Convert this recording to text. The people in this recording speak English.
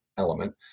element